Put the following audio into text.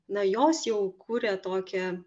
nuo jos jau kuria tokią